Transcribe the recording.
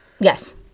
Yes